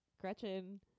Gretchen